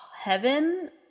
Heaven